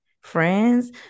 friends